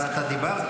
אבל אתה דיברת.